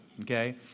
okay